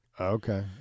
okay